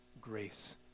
grace